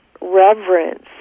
reverence